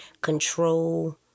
control